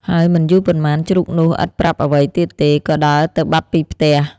ហើយមិនយូរប៉ុន្មាន ជ្រូកនោះឥតប្រាប់អ្វីទៀតទេ ក៏ដើរទៅបាត់ពីផ្ទះ។